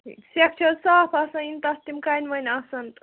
ٹھیٖک سٮ۪کھ چھَ حظ صاف آسان یِنہٕ تَتھ تِم کَنہِ وَنہِ آسان تہٕ